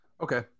Okay